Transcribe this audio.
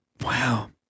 Wow